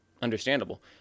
Understandable